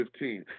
2015